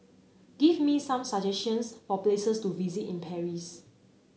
give me some suggestions for places to visit in Paris